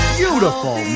beautiful